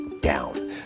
down